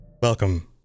Welcome